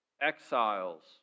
exiles